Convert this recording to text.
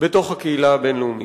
בתוך הקהילה הבין-לאומית.